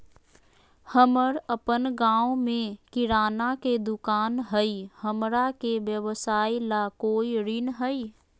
हमर अपन गांव में किराना के दुकान हई, हमरा के व्यवसाय ला कोई ऋण हई?